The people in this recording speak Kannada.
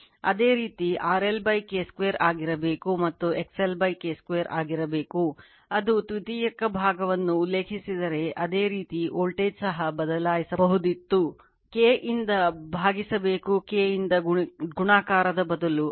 ಅದೇ ರೀತಿ RL K 2 ಆಗಿರಬೇಕು ಮತ್ತು XL K 2 ಆಗಿರಬೇಕು ಅದು ದ್ವಿತೀಯಕ ಭಾಗವನ್ನು ಉಲ್ಲೇಖಿಸಿದರೆ ಅದೇ ರೀತಿ ವೋಲ್ಟೇಜ್ ಸಹ ಬದಲಾಯಿಸಬಹುದಿತ್ತು K ಇಂದ ಬಾಗಿಸಬೇಕು K ಇಂದ ಗುಣಾಕಾರದ ಬದಲು